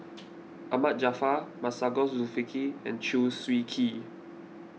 Ahmad Jaafar Masagos Zulkifli and Chew Swee Kee